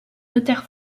notaire